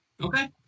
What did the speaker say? Okay